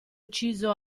ucciso